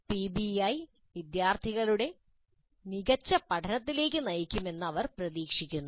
PBI വിദ്യാർത്ഥികളുടെ മികച്ച പഠനത്തിലേക്ക് നയിക്കുമെന്ന് അവർ പ്രതീക്ഷിക്കുന്നു